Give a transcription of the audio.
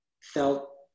felt